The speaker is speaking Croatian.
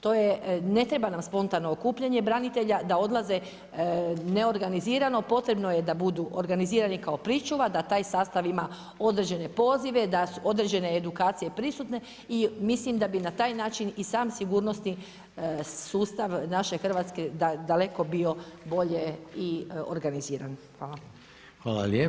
To je, ne treba nam spontano okupljanje branitelja da odlaze neorganizirano, potrebno je da budu organizirani kao pričuva, da taj sastav ima određene pozive, određene edukacije prisutne i mislim da bi na taj način i sam sigurnosni sustav naše Hrvatske daleko bio bolje i organiziran.